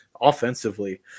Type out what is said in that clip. offensively